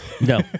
No